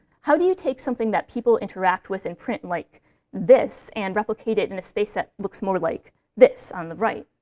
how do you take something that people interact with in print, like this, and replicate it in a space that looks more like this, on the right?